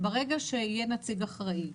ברגע שיהיה נציג אחראי -- לא.